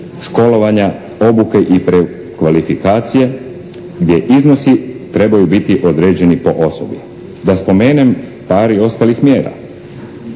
školovanja, obuke i prekvalifikacije gdje iznosi trebaju biti određeni po osobi. Da spomenem par i ostalih mjera.